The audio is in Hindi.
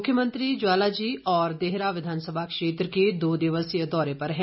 मुख्यमंत्री ज्वालाजी और देहरा विधानसभा क्षेत्र के दो दिवसीय दौरे पर है